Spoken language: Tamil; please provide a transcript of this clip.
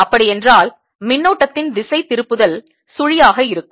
அப்படி என்றால் மின்னோட்டத்தின் திசை திருப்புதல் சுழியாக இருக்கும்